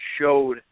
showed